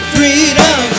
Freedom